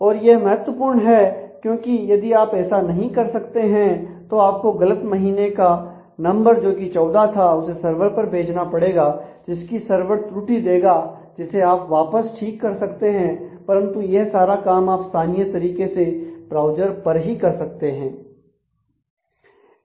और यह बहुत महत्वपूर्ण है क्योंकि यदि आप ऐसा नहीं कर सकते हैं तो आपको गलत महीने का नंबर जो कि 14 था उसे सर्वर पर भेजना पड़ेगा जिसकी सर्वर त्रुटि देगा जिसे आप वापस ठीक कर सकते हैं परंतु यह सारा काम आप स्थानीय तरीके से ब्राउज़र पर ही कर सकते हैं